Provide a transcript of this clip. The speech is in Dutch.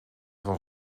was